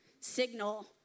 signal